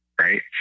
Right